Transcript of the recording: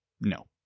no